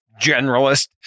generalist